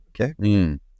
okay